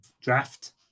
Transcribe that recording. draft